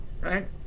Right